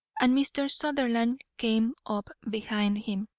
and mr. sutherland came up behind him.